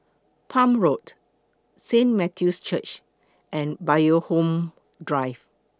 Palm Road Saint Matthew's Church and Bloxhome Drive